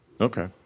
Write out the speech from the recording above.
Okay